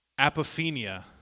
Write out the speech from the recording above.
Apophenia